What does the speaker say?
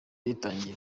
yatangiye